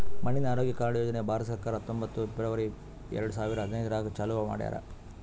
ಮಣ್ಣಿನ ಆರೋಗ್ಯ ಕಾರ್ಡ್ ಯೋಜನೆ ಭಾರತ ಸರ್ಕಾರ ಹತ್ತೊಂಬತ್ತು ಫೆಬ್ರವರಿ ಎರಡು ಸಾವಿರ ಹದಿನೈದರಾಗ್ ಚಾಲೂ ಮಾಡ್ಯಾರ್